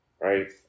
Right